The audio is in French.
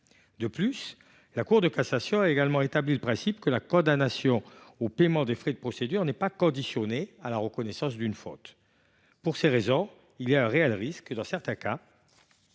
De plus, la Cour de cassation a également établi le principe que la condamnation au paiement des frais de procédure n’est pas conditionnée à la reconnaissance d’une faute. Il existe donc un réel risque, dans certains cas,